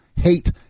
hate